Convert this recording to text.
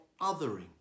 othering